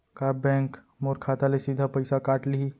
का बैंक मोर खाता ले सीधा पइसा काट लिही?